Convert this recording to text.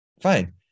Fine